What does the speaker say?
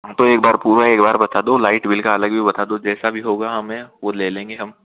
तो एक बार पूरा एक बार बता दो लाइट बिल का अलग ही बता दो जैसा भी होगा हमें वो ले लेंगे हम